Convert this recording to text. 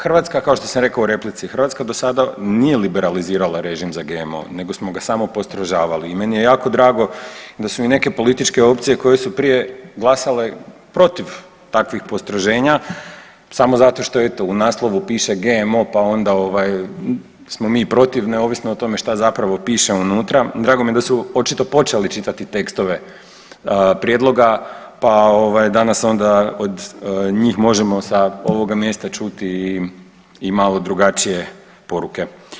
Hrvatska kao što sam rekao u replici, Hrvatska do sada nije liberalizirala režim za GMO nego smo ga samo postrožavali i meni je jako drago da su i neke političke opcije koje su prije glasale protiv takvih postroženja, samo zato što eto u naslovu piše GMO pa onda smo mi protiv neovisno o tome šta zapravo piše unutra, drago mi je da su očito počeli čitati tekstove prijedloga pa danas onda od njih možemo sa ovoga mjesta čuti i malo drugačije poruke.